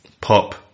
pop